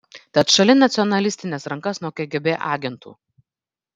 tad šalin nacionalistines rankas nuo kgb agentų